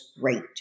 great